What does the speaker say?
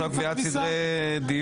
ההצעות האלה מסדירות מצב שבו הממשלה מגישה